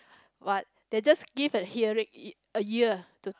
but they just give a hearing a ear to